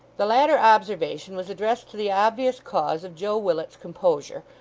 the latter observation was addressed to the obvious cause of joe willet's discomposure,